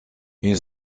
une